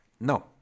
no